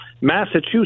Massachusetts